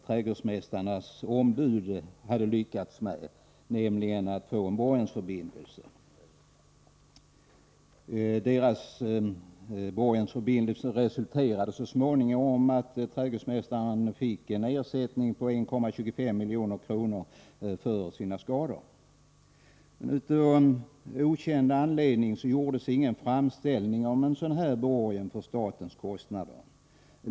Trädgårdsmästarens juridiska ombud hade nämligen lyckats få en borgensförbindelse. Detta resulterade så småningom i att trädgårdsmästaren fick 1,25 milj.kr. i ersättning för sina skador. Av okänd anledning gjordes ingen framställning om en sådan borgen för statens kostnader.